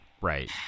Right